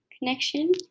connection